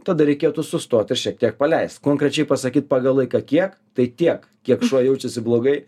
tada reikėtų sustoti ir šiek tiek paleist konkrečiai pasakyt pagal laiką kiek tai tiek kiek šuo jaučiasi blogai